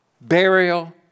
burial